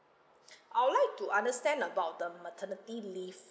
I'll like to understand about the maternity leave